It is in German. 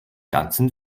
ganzen